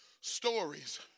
stories